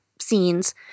scenes